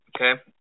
okay